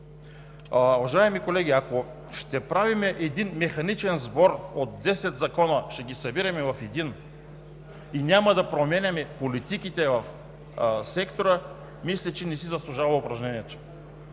Уважаеми колеги, ако ще правим механичен сбор – да събираме десет закона в един, и няма да променяме политиките в сектора, мисля, че не си заслужава упражнението.